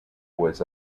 was